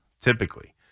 typically